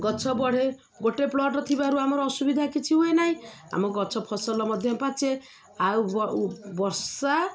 ଗଛ ବଢ଼େ ଗୋଟେ ପ୍ଲଟ୍ ଥିବାରୁ ଆମର ଅସୁବିଧା କିଛି ହୁଏ ନାହିଁ ଆମ ଗଛ ଫସଲ ମଧ୍ୟ ପାଚେ ଆଉ ବର୍ଷା